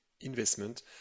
Investment